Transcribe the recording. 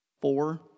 Four